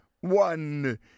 one